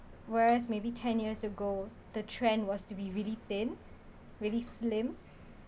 whereas maybe ten years ago the trend was to be really thin really slim